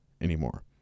anymore